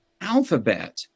alphabet